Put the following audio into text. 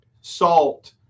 salt